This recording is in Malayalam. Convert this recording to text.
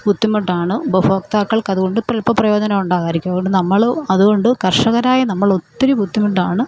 ബുദ്ധിമുട്ടാണ് ഉപഭോക്താക്കൾക്ക് അതുകൊണ്ട് ചിലപ്പം പ്രയോജനം ഉണ്ടാകുമായിരിക്കും അതുകൊണ്ട് നമ്മൾ അതുകൊണ്ട് കർഷകരായ നമ്മൾ ഒത്തിരി ബുദ്ധിമുട്ടാണ്